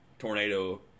tornado